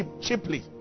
cheaply